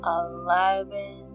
eleven